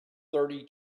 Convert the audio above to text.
thirty